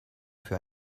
für